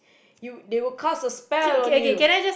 you they will cast a spell on you